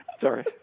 sorry